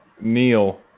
Neil